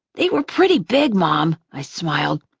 they were pretty big, mom. i smiled.